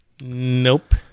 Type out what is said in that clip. Nope